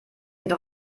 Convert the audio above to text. ich